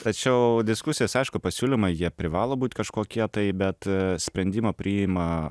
tačiau diskusijos aišku pasiūlymai jie privalo būt kažkokie tai bet sprendimą priima